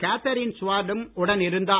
Catherine சுவார் டும் உடன் இருந்தார்